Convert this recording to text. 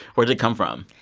where does it come from?